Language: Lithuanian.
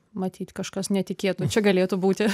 matyt kažkas netikėto čia galėtų būti